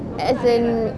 as in